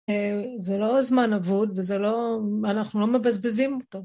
זה לא זמן אבוד, ואנחנו לא מבזבזים אותו.